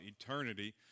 eternity